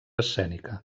escènica